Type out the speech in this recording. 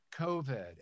COVID